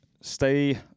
stay